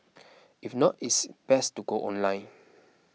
if not it is best to go online